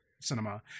cinema